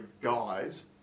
guys